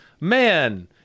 man